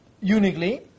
uniquely